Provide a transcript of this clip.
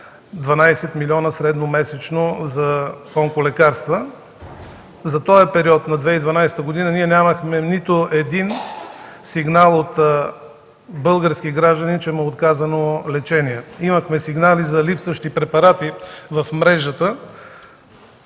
12 милиона средномесечно за онколекарства. За периода на 2012 г. ние нямахме нито един сигнал от български гражданин, че му е отказано лечение. Имахме сигнали за липсващи препарати в мрежата